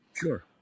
Sure